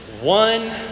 one